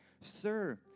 sir